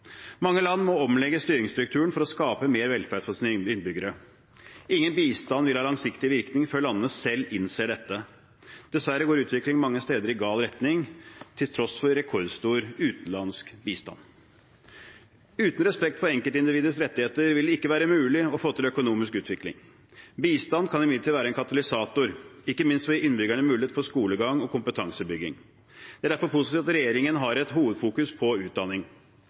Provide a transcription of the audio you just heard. Mange land må omlegge styringsstrukturen for å skape mer velferd for sine innbyggere. Ingen bistand vil ha langsiktig virkning før landene selv innser dette. Dessverre går utviklingen mange steder i gal retning, til tross for rekordstor utenlandsk bistand. Uten respekt for enkeltindividets rettigheter vil det ikke være mulig å få til økonomisk utvikling. Bistand kan imidlertid være en katalysator. Ikke minst får innbyggerne mulighet til skolegang og kompetansebygging. Det er derfor positivt at regjeringen har et hovedfokus på utdanning.